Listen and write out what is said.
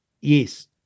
yes